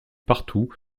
partout